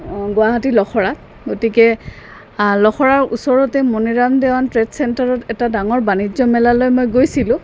গুৱাহাটীৰ লখৰাত গতিকে লখৰাৰ ওচৰতে মণিৰাম দেৱান ট্ৰেড চেণ্টাৰত এটা ডাঙৰ বাণিজ্য মেলালৈ মই গৈছিলোঁ